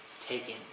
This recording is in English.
taken